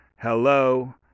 hello